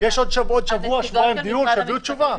יש עוד שבוע או שבועיים דיון, שיביאו תשובה עד אז.